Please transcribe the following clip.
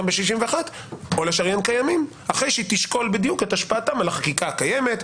ב-61 או לשריין קיימים אחרי שהיא תשקול בדיוק את השפעתם על החקיקה הקיימת,